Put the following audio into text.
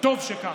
טוב שכך.